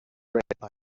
written